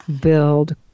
build